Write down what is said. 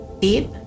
deep